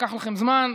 זה לקח לכם זמן,